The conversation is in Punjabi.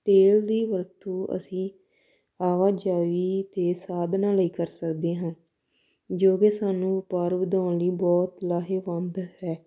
ਤੇਲ ਦੀ ਵਰਤੋਂ ਅਸੀਂ ਆਵਾਜਾਈ ਦੇ ਸਾਧਨਾਂ ਲਈ ਕਰ ਸਕਦੇ ਹਾਂ ਜੋ ਕਿ ਸਾਨੂੰ ਵਪਾਰ ਵਧਾਉਣ ਲਈ ਬਹੁਤ ਲਾਹੇਵੰਦ ਹੈ